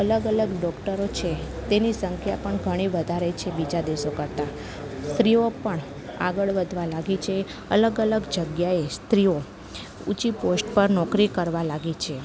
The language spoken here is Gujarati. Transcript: અલગ અલગ ડોકટરો છે તેની સંખ્યા પણ ઘણી વધારે છે બીજા દેશો કરતાં સ્ત્રીઓ પણ અલગ વધવા લાગી છે અલગ અલગ જગ્યાએ સ્ત્રીઓ ઊંચી પોસ્ટ પર નોકરી કરવા લાગી છે